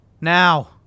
Now